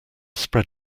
spread